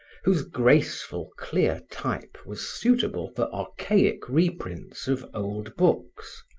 whose graceful, clear type was suitable for archaic reprints of old books.